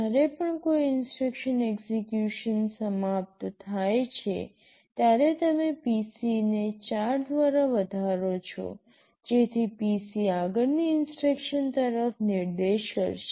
જ્યારે પણ કોઈ ઇન્સટ્રક્શન એક્સેકયુશન સમાપ્ત થાય છે ત્યારે તમે PC ને ૪ દ્વારા વધારો કરો છો જેથી PC આગળની ઇન્સટ્રક્શન તરફ નિર્દેશ કરશે